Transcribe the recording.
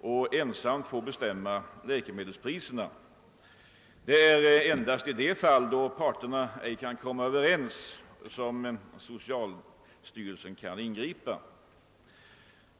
och ensamt få bestämma läkemedelspriserna. Det är endast i de fall då parterna ej kan komma överens som socialstyrelsen kan ingripa.